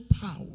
power